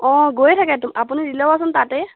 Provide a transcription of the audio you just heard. অঁ গৈয়ে থাকেতো আপুনি দি ল'বচোন তাতেই